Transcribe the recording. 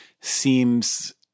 seems